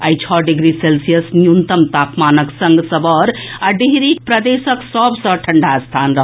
आइ छओ degree Celsius न्यूनतम तापमानक संग सबौर आ डिहरी प्रदेशक सभसॅ ठंडा स्थान रहल